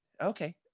okay